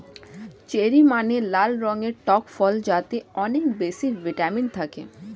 cherry মানে লাল রঙের টক ফল যাতে অনেক বেশি ভিটামিন থাকে